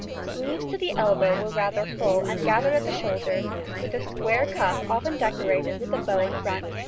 sleeves to the elbow were rather full, and gathered at the shoulders, with a square cuff often decorated with a bow in front,